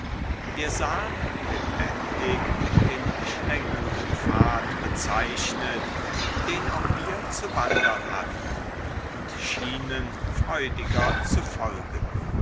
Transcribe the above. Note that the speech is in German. wir sahen lebendig den schlängelnden pfad bezeichnet den auch wir zu wandern hatten und schienen freudiger zu folgen